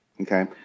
Okay